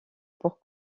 pour